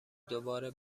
دوباره